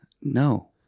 No